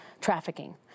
trafficking